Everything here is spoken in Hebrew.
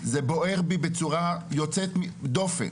זה בוער בי בצורה יוצאת דופן.